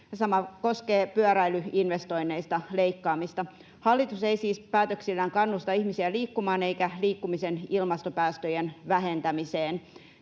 sama koskee pyöräilyinvestoinneista leikkaamista. Hallitus ei siis päätöksillään kannusta ihmisiä liikkumaan eikä liikkumisen ilmastopäästöjen vähentämiseen.